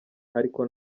ariko